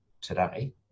today